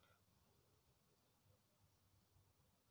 माका जरा ठेव आणि गुंतवणूकी बद्दल वायचं माहिती सांगशात?